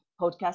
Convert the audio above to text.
podcast